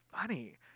funny